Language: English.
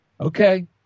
okay